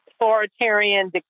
authoritarian